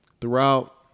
throughout